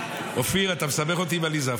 אופיר, אתה מסבך אותי עם עליזה.